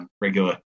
regular